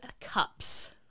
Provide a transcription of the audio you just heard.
cups